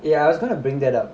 ya I was going to bring that up